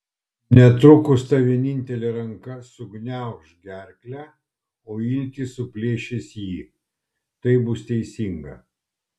netrukus ta vienintelė ranka sugniauš gerklę o iltys suplėšys jį taip bus teisinga